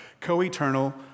co-eternal